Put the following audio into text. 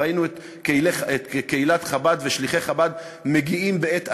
ראינו את קהילת חב"ד ושליחי חב"ד מגיעים בעת אסון,